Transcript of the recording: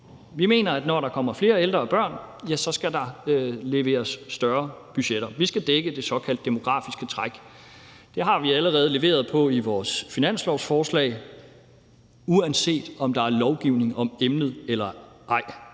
Vi mener, at når der kommer flere ældre og børn, skal der leveres større budgetter. Vi skal dække det såkaldte demografiske træk. Det har vi allerede leveret på i vores finanslovsforslag, uanset om der er lovgivning om emnet eller ej.